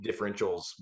differentials